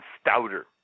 stouter